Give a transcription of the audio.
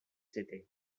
city